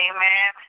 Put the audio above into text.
Amen